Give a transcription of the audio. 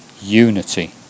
unity